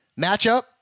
Matchup